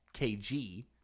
KG